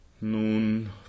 Nun